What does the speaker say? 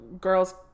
girl's